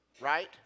Right